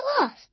lost